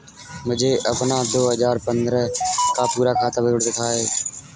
मुझे अपना दो हजार पन्द्रह का पूरा खाता विवरण दिखाएँ?